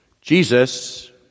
Jesus